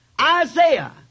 Isaiah